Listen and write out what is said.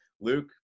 Luke